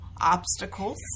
obstacles